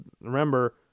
remember